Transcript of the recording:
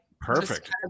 perfect